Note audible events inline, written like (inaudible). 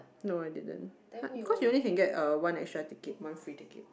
no I didn't (noise) because you only can get uh one extra ticket one free ticket